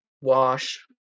wash